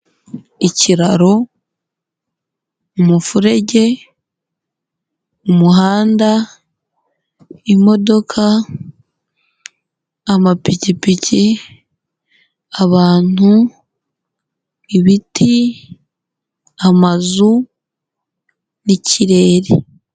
Ikiraro, umufurege, umuhanda, imodoka, amapikipiki, abantu, ibiti, amazu n'ikirere.